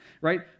right